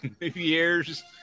Year's